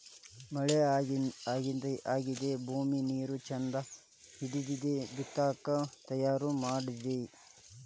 ಮಳಿ ಆಗಿಂದ ಭೂಮಿ ನೇರ ಚಂದ ಹಿಡದಿಂದ ಬಿತ್ತಾಕ ತಯಾರ ಮಾಡುದು